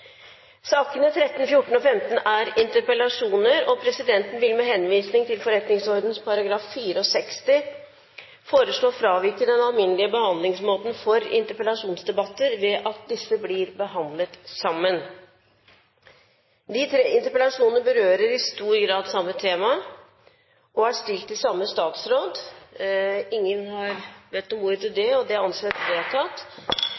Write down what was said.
fravike den alminnelige behandlingsmåten for interpellasjonsdebatter, ved at disse blir behandlet sammen. De tre interpellasjonene berører i stor grad samme tema og er stilt til samme statsråd. – Ingen har bedt om ordet til